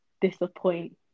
Disappoint